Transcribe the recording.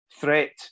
threat